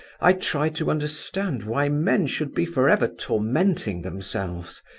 i tried to understand why men should be for ever tormenting themselves.